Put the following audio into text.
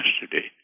yesterday